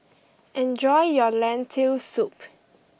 enjoy your Lentil soup